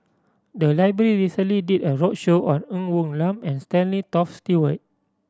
the library recently did a roadshow on Ng Woon Lam and Stanley Toft Stewart